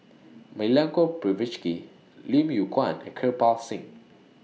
Milenko Prvacki Lim Yew Kuan and Kirpal Singh